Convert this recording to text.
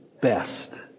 best